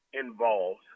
involved